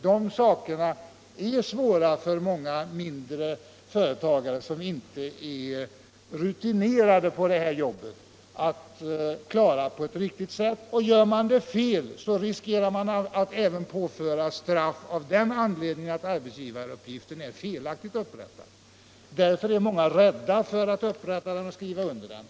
De sakerna är svåra att klara på ett riktigt sätt för många mindre företagare — Nr 24 som inte är rutinerade på detta område. Gör man fel riskerar man att Onsdagen den även påföras straff av den anledningen att arbetsgivaruppgiften är felaktigt 10 november 1976 upprättad. Därför är många rädda för att upprätta den och skriva under — den.